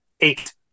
Eight